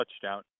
touchdown